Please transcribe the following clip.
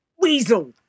weasel